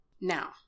Now